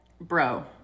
Bro